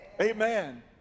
Amen